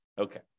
Okay